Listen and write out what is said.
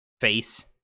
face